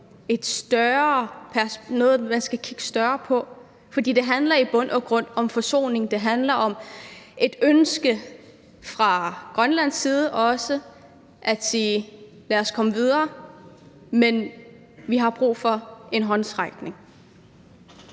et større perspektiv, fordi det handler i bund og grund om forsoning. Det handler også om et ønske fra Grønlands side om at sige: Lad os komme videre, men vi har brug for en håndsrækning.